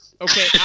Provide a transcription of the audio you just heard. okay